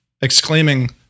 exclaiming